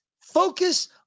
focus